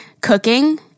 cooking